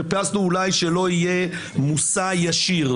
חיפשנו שאולי לא יהיה מושא ישיר.